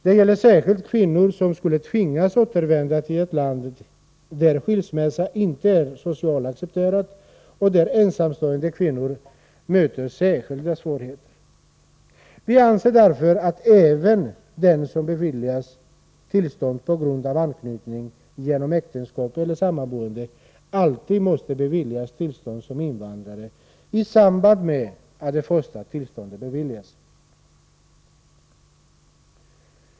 Det gäller särskilt kvinnor som skulle tvingas återvända till ett land där skilsmässa inte är socialt accepterad och där ensamstående kvinnor möter särskilda svårigheter. Vi anser därför att även den som beviljas tillstånd på grund av anknytning genom äktenskap eller sammanboende alltid måste beviljas tillstånd som invandrare i samband med att det första tillståndet beviljas.